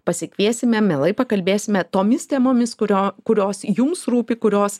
pasikviesime mielai pakalbėsime tomis temomis kurio kurios jums rūpi kurios